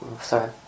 sorry